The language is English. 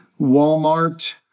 Walmart